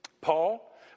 Paul